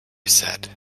said